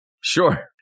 Sure